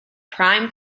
prime